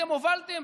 אתם הובלתם